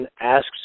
asks